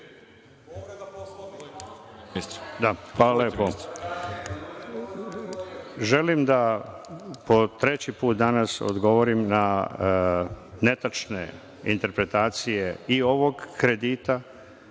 Hvala lepo. Želim da po treći put danas odgovorim na netačne interpretacije i ovog kredita